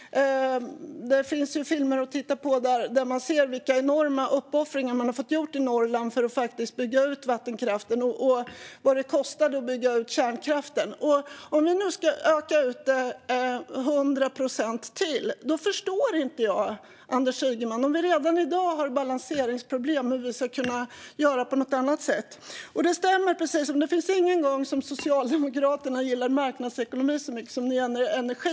Det finns ju filmer att titta på där man ser vilka enorma uppoffringar man har fått göra i Norrland för att bygga ut vattenkraften och vad det kostade att bygga ut kärnkraften. Om vi nu ska utöka med 100 procent till och vi redan i dag har balanseringsproblem förstår jag inte, Anders Ygeman, hur vi ska kunna göra på något annat sätt. Socialdemokraterna gillar aldrig marknadsekonomi så mycket som när det gäller energi.